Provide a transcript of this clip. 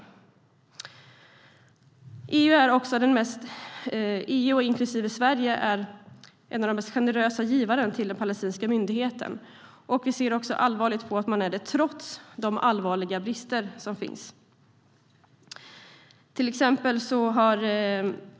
EU inklusive Sverige är en av de mest generösa givarna till den palestinska myndigheten. Vi ser allvarligt på att man är det trots de allvarliga brister som finns.